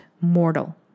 mortal